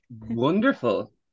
Wonderful